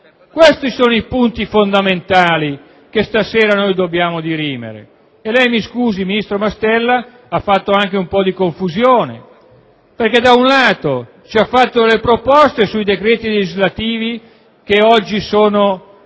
Questi sono i punti fondamentali che stasera dobbiamo dirimere. Inoltre lei, mi scusi, ministro Mastella, ha fatto anche un po' di confusione, perché da un lato ci ha fatto alcune proposte sui decreti legislativi che oggi sono